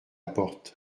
porte